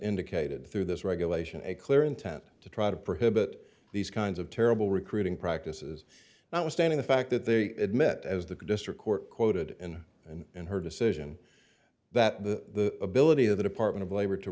indicated through this regulation a clear intent to try to prohibit these kinds of terrible recruiting practices i was stating the fact that they admit as the district court quoted in and in her decision that the ability of the department of labor to